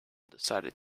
decided